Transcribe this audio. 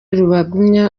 rubagumya